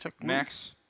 Max